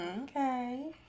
Okay